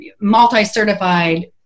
multi-certified